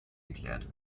geklärt